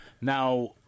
Now